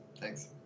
Thanks